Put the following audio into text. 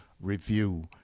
Review